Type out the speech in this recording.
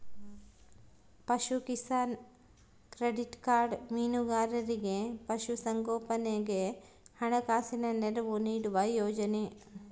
ಪಶುಕಿಸಾನ್ credit card ಮೀನುಗಾರರಿಗೆ ಪಶು ಸಂಗೋಪನೆಗೆ ಹಣಕಾಸಿನ ನೆರವು ನೀಡುವ ಯೋಜನೆ